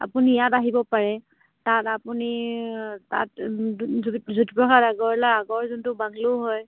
আপুনি ইয়াত আহিব পাৰে তাত আপুনি তাত জ্যোতিপ্ৰসাদ আগৰৱালা আগৰ যোনটো বাংলো হয়